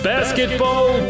Basketball